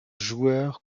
joueur